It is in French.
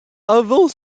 avant